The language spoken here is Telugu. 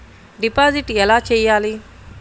డిపాజిట్ ఎలా చెయ్యాలి?